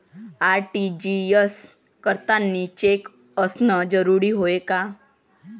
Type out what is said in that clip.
RTGS करतांनी cheque असनं जरुरीच हाय का?